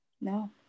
No